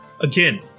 Again